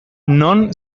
non